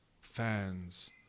fans